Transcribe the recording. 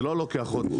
זה לא לוקח חודש.